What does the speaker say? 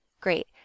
Great